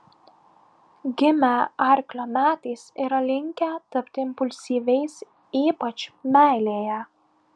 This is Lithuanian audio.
gimę arklio metais yra linkę tapti impulsyviais ypač meilėje